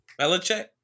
Belichick